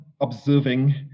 observing